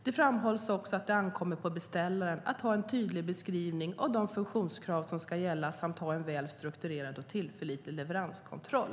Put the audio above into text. Det framhålls också att det ankommer på beställaren att ha en tydlig beskrivning av de funktionskrav som ska gälla samt att ha en väl strukturerad och tillförlitlig leveranskontroll.